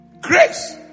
Grace